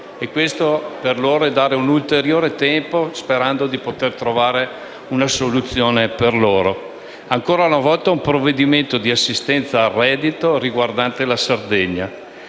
e questo per loro è dare ulteriore tempo sperando di poter trovare una soluzione. Ancora una volta un provvedimento di assistenza al reddito riguardante la Sardegna.